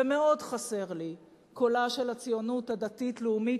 ומאוד חסר לי קולה של הציונות הדתית-לאומית,